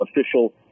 official